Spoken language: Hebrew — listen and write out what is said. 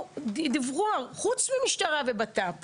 חוץ ממשטרה ובט״פ ודיווחו.